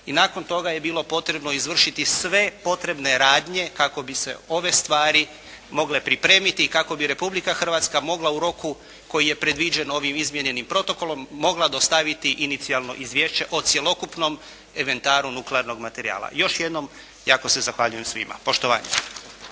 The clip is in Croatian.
I nakon toga je bilo potrebno izvršiti sve potrebne radnje kako bi se ove stvari mogle pripremiti i kako bi Republika Hrvatska mogla u roku koji je predviđen ovim izmijenjenim protokolom mogla dostaviti inicijalno izvješće o cjelokupnom inventaru nuklearnog materijala. Još jednom jako se zahvaljujem svima. Poštovanje.